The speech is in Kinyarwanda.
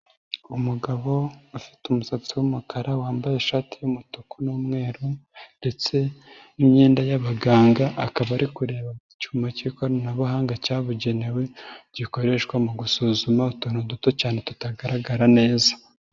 Umugabo ufite umusatsi w'umukara wambaye ishati y'umutuku n'umweru ndetse n'imyenda y'abaganga, akaba ari kureba mu cyuma k'ikoranabuhanga cyabugenewe, gikoreshwa mu gusuzuma utuntu duto cyane tutagaragara neza.